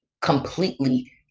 completely